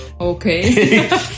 Okay